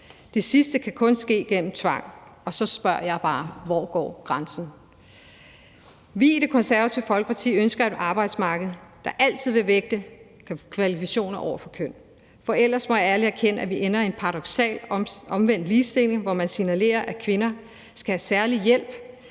Det sidste kan kun ske gennem tvang, og så spørger jeg bare: Hvor går grænsen? Vi i Det Konservative Folkeparti ønsker et arbejdsmarked, der altid vil vægte kvalifikationer over køn. For ellers må jeg ærligt erkende, at vi ender med en paradoksal, omvendt ligestilling, hvor man signalerer, at kvinder skal have særlig hjælp